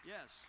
Yes